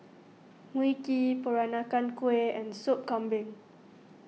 Mui Kee Peranakan Kueh and Sop Kambing